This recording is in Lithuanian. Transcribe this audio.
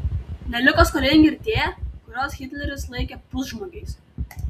neliko skolingi ir tie kuriuos hitleris laikė pusžmogiais